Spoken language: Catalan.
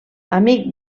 amic